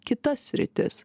kitas sritis